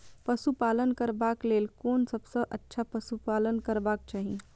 पशु पालन करबाक लेल कोन सबसँ अच्छा पशु पालन करबाक चाही?